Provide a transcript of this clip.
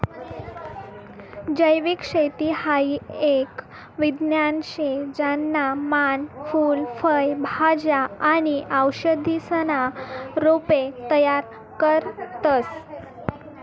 जैविक शेती हाई एक विज्ञान शे ज्याना मान फूल फय भाज्या आणि औषधीसना रोपे तयार करतस